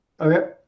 Okay